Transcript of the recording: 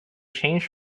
changed